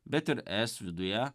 bet ir es viduje